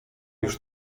już